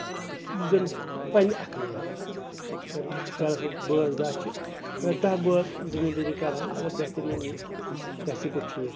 یُس زَن پَنٕنہِ اَتھٕ نیرِ ہا اگر گرَس منٛز بٲژ دہ چھِ اگر دہ بٲژ زٔمیٖن دٲری کرہان اَگر بہتریٖن یہِ گژھِ یہِ گوٚو ٹھیٖک